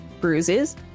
bruises